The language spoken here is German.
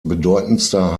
bedeutendster